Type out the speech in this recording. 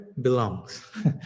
belongs